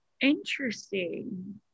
interesting